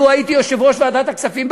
לו הייתי יושב-ראש ועדת הכספים,